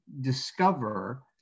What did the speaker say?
discover